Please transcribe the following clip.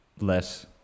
less